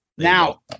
Now